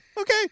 Okay